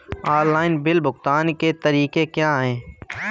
Online bill भुगतान के तरीके क्या हैं?